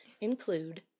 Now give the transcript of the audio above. include